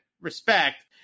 respect